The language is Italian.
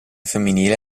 femminile